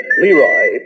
Leroy